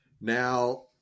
Now